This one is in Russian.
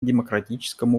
демократическому